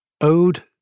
Ode